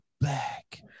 back